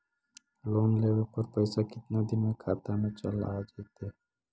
Loan लेब पर पैसा कितना दिन में खाता में चल आ जैताई?